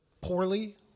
poorly